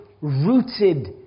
rooted